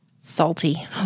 Salty